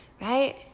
right